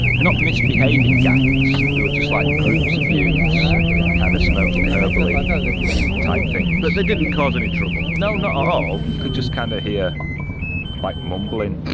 not misbehaving gangs they were just like groups of youths kind of smoking herbally type things. but they didn't cause any trouble. no not at all, you could just kind of hear like, mumbling.